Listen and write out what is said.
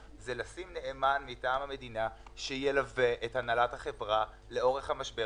זה לשים נאמן מטעם המדינה שילווה את הנהלת החברה לאורך המשבר